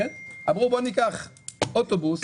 אמרו ניקח אוטובוס,